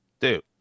Dude